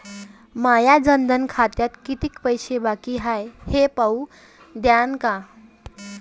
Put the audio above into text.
माया जनधन खात्यात कितीक पैसे बाकी हाय हे पाहून द्यान का?